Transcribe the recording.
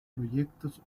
proyectos